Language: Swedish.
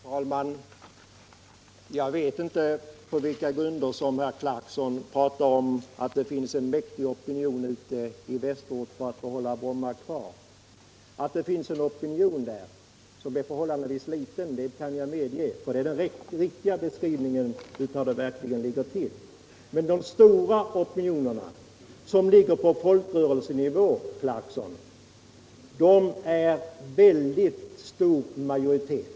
Herr talman! Jag vet inte på vilka grunder som Rolf Clarkson pratade Torsdagen den om att det finns en mäktig opinion ute i Västerort för att få behålla 15 december 1977 Bromma. Att det finns en opinion där som är förhållandevis liten kan — jag medge, och det är den riktiga beskrivningen. Men de stora opinionerna — Flygplatsfrågan i som ligger på folkrörelsenivå, Rolf Clarkson, är i stor majoritet.